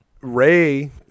Ray